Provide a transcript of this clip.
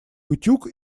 утюг